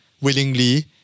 willingly